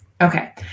Okay